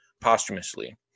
posthumously